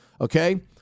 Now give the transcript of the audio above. okay